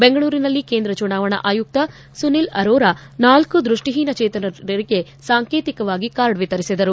ದೆಂಗಳೂರಿನಲ್ಲಿ ಕೇಂದ್ರ ಚುನಾವಣಾ ಆಯುಕ್ತ ಸುನಿಲ್ ಅರೋರ ನಾಲ್ಲು ದೃಷ್ಟಿಹೀನ ಚೇತನರಿಗೆ ಸಾಂಕೇತಿಕವಾಗಿ ಕಾರ್ಡ್ ವಿತರಿಸಿದರು